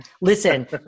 Listen